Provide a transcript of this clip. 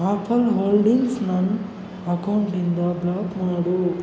apple holdings ನನ್ನ ಅಕೌಂಟಿಂದ block ಮಾಡು